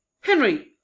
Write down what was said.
Henry